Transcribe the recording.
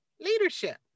Leadership